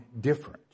different